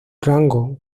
rango